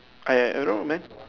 I I don't know man